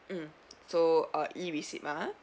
mm so uh E receipt ah